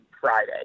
Friday